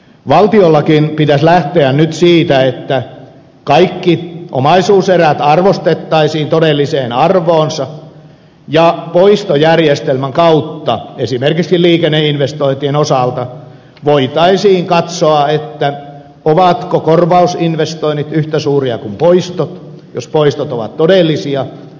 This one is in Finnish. valtiollakin pitäisi nyt lähteä siitä että kaikki omaisuuserät arvostettaisiin todelliseen arvoonsa ja poistojärjestelmän kautta esimerkiksi liikenneinvestointien osalta voitaisiin katsoa ovatko korvausinvestoinnit yhtä suuria kuin poistot jos poistot ovat todellisia